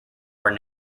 where